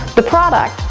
the product,